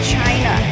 China